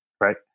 right